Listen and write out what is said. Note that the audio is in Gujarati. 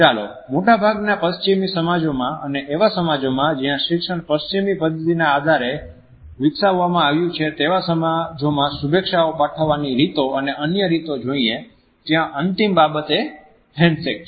ચાલો મોટાભાગના પશ્ચિમી સમાજોમાં અને એવા સમાજ જ્યાં શિક્ષણ પશ્ચિમી પદ્ધતિના આધારે વિકસાવવામાં આવ્યું છે તેવા સમાજમાં શુભેચ્છાઓ પાઠવવાની રીતો અને અન્ય રીતો જોઈએ જ્યાં અંતિમ બાબત એ હેન્ડશેક છે